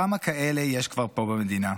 כמה כאלה יש כבר פה במדינה?